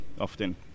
often